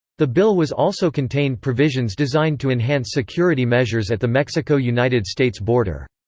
the bill was also contained provisions designed to enhance security measures at the mexico-united states border.